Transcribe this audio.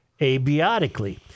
abiotically